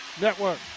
Network